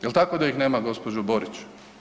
Jel tako da ih nema gospođo Borić?